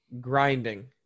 grinding